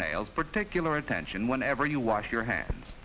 nails particular attention whenever you wash your hands